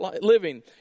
living